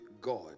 God